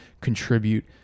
contribute